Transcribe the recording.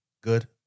good